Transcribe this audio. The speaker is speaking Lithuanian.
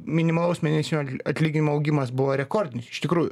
minimalaus mėnesinio atlyginimo augimas buvo rekordinis iš tikrųjų